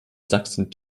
sachsen